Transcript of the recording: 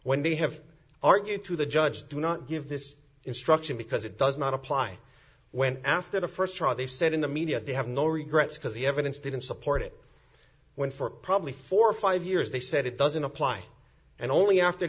when they have argued to the judge to not give this instruction because it does not apply when after the st trial they said in the media they have no regrets because the evidence didn't support it when for probably four or five years they said it doesn't apply and only after